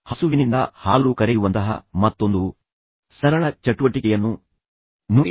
ಹಸುವಿನಿಂದ ಹಾಲು ಕರೆಯುವಂತಹ ಮತ್ತೊಂದು ಸರಳ ಚಟುವಟಿಕೆಯನ್ನು ನೋಡಿ